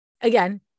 again